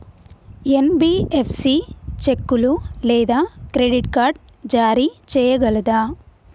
NBFC చెక్కులు లేదా credit card జారీ చేయగలదా?